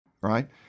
right